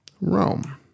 Rome